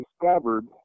discovered